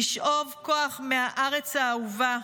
לשאוב כוח מהארץ האהובה,